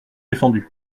défendus